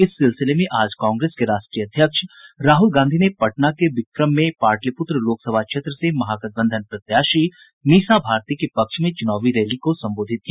इस सिलसिले में आज कांग्रेस के राष्ट्रीय अध्यक्ष राहुल गांधी ने पटना के बिक्रम में पाटलिपुत्र लोकसभा क्षेत्र से महागठबंधन प्रत्याशी मीसा भारती के पक्ष में चुनावी रैली को संबोधित किया